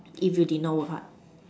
if you did not work hard